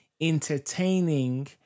Entertaining